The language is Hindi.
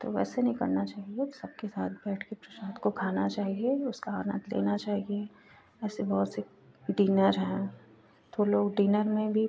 तो ऐसे नहीं करना चाहिए सबके साथ बैठकर प्रसाद को खाना चाहिए उसका आनन्द लेना चाहिए ऐसे बहुत से डिनर हैं तो लोग डिनर में भी